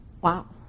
Wow